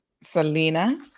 Selena